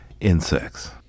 insects